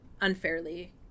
unfairly